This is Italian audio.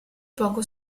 poco